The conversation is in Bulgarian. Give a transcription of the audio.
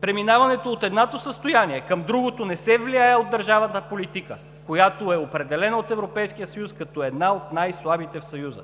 Преминаването от едното състояние към другото не се влияе от държавната политика, която е определена от Европейския съюз като една от най-слабите в Съюза.